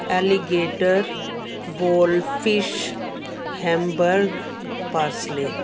alligator wolffish Hamburg parsley